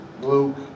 Luke